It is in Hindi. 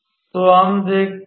तो हम देखते हैं